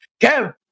Kev